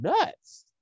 nuts